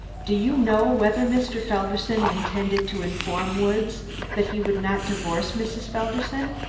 do you know whether mr. felderson intended to inform woods that he would not divorce mrs. felderson?